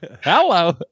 hello